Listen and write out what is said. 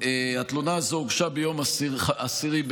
התלונה הזאת הוגשה ביום 10 במאי,